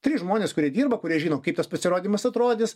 trys žmonės kurie dirba kurie žino kaip tas pasirodymas atrodys